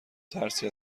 ترسی